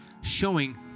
showing